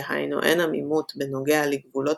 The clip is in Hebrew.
דהיינו אין עמימות בנוגע לגבולות